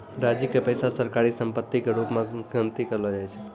राज्य के पैसा सरकारी सम्पत्ति के रूप मे गनती करलो जाय छै